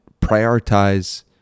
prioritize